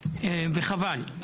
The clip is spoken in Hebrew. וחבל.